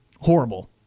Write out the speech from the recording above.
Horrible